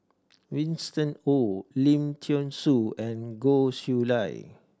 Winston Oh Lim Thean Soo and Goh Chiew Lye